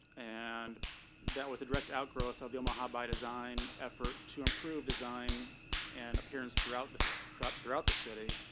and that was a direct outgrowth of omaha by design effort to improve design and appearance throughout the prop throughout the city.